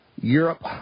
Europe